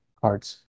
cards